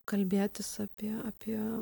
kalbėtis apie apie